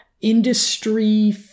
industry